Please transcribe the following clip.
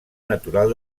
natural